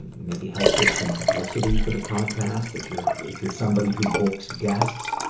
maybe help get some publicity for the podcast. if you're if you're somebody who books guests,